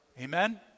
Amen